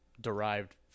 derived